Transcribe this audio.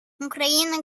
украина